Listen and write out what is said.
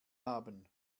haben